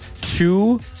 two